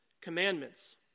commandments